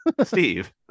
Steve